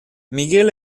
miguel